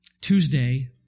Tuesday